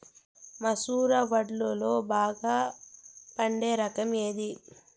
మసూర వడ్లులో బాగా పండే రకం ఏది?